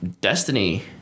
Destiny